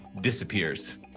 disappears